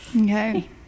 Okay